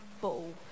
ball